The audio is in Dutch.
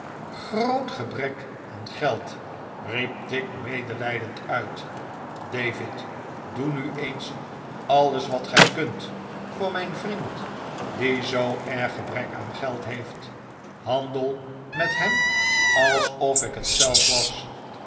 groot gebrek aan geld riep tigg medelijdend uit david doe nu eens alles wat gij kunt voox mijn vrend die zoo erg gebrek aan geld heeft handel met hem alsof ik het zelf was